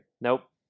Nope